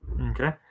Okay